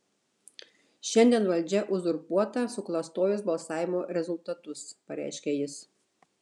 šiandien valdžia uzurpuota suklastojus balsavimo rezultatus pareiškė jis